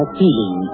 feeling